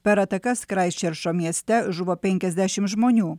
per atakas kraistčerčo mieste žuvo penkiasdešim žmonių